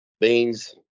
Beans